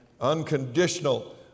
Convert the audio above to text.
Unconditional